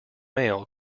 mail